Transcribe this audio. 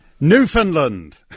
Newfoundland